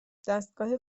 دستگاه